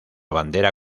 bandera